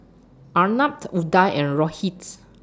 Arnab Udai and Rohits